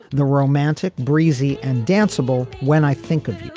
the romantic breezy and danceable when i think of